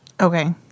Okay